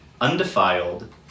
undefiled